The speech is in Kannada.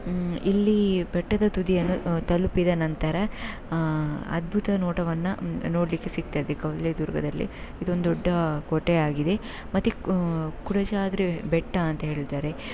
ಇಲ್ಲಿ ಬೆಟ್ಟದ ತುದಿಯನ್ನು ತಲುಪಿದ ನಂತರ ಅದ್ಭುತ ನೋಟವನ್ನು ನೋಡಲಿಕ್ಕೆ ಸಿಕ್ತದೆ ಕವಲೇದುರ್ಗದಲ್ಲಿ ಇದೊಂ ದೊಡ್ಡ ಕೋಟೆಯಾಗಿದೆ ಮತ್ತು ಕೊ ಕೊಡಚಾದ್ರಿ ಬೆಟ್ಟ ಅಂತ ಹೇಳ್ತಾರೆ